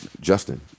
Justin